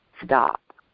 stop